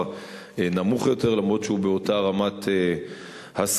נמוך יותר אף שהוא באותה רמת השכלה,